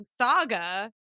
saga